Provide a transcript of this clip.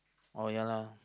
uh ya ah